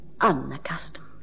unaccustomed